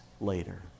later